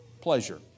pleasure